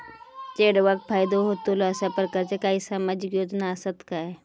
चेडवाक फायदो होतलो असो प्रकारचा काही सामाजिक योजना असात काय?